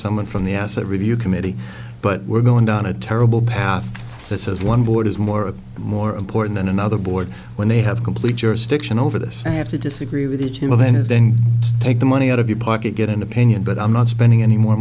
someone from the asset review committee but we're going down a terrible path this is one board is more of more important than another board when they have complete jurisdiction over this i have to disagree with it you know then and then take the money out of your pocket get an opinion but i'm not spending any more